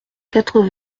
quatre